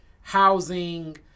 housing